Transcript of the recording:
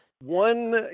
one